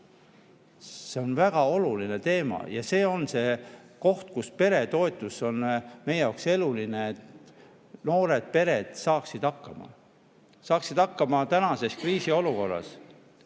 See on väga oluline teema. Ja see on see koht, kus peretoetus on meie jaoks eluline, et noored pered saaksid hakkama. Saaksid hakkama tänases kriisiolukorras.